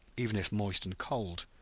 even if moist and cold,